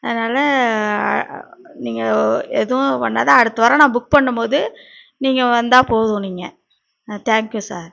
அதனால நீங்கள் எதுவும் பண்ணாத அடுத்த வாரம் நான் புக் பண்ணும்போது நீங்கள் வந்தா போதும் நீங்கள் தேங்க் யூ சார்